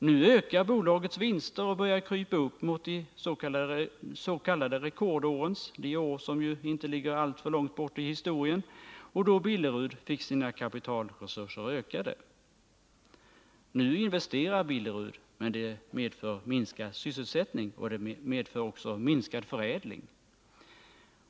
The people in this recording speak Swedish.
Nu ökar bolagets vinster och börjar krypa upp mot de s.k. rekordårens — år som inte ligger alltför långt bort i historien då Billerud fick sina kapitalresurser ökade. Nu investerar Billerud, men det medför minskad sysselsättning, och det medför också minskad förädling.